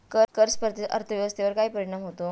कर स्पर्धेचा अर्थव्यवस्थेवर काय परिणाम होतो?